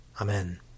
Amen